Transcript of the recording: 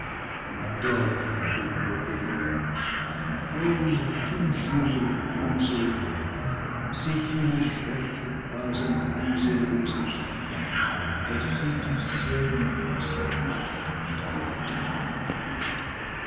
couple béni oh toujours plus heureux si tu ne cherches pas un plus heureux état et si tu sais ne pas savoir davantage